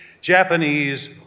Japanese